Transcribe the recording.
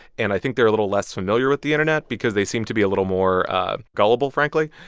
and i think they're a little less familiar with the internet because they seem to be a little more gullible, frankly.